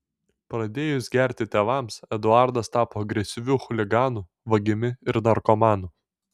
pradėjus gerti tėvams eduardas tapo agresyviu chuliganu vagimi ir narkomanu